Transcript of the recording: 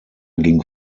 ging